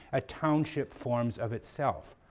a township forms of itself.